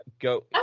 go